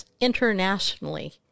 internationally